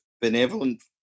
benevolent